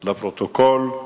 לפרוטוקול.